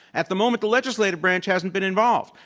at the moment, the legislative branch hasn't been involved.